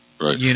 Right